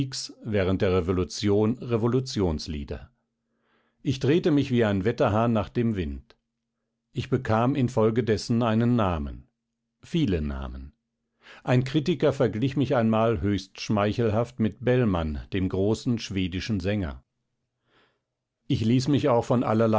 während der revolution revolutionslieder ich drehte mich wie ein wetterhahn nach dem wind ich bekam infolgedessen einen namen viele namen ein kritiker verglich mich einmal höchst schmeichelhaft mit bellmann dem großen schwedischen sänger ich ließ mich auch von